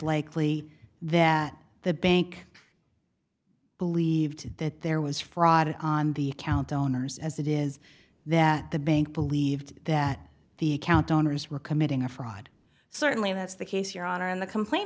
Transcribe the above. likely that the bank believed that there was fraud on the count owner's as it is that the bank believed that the account owners were committing a fraud certainly that's the case your honor in the complaint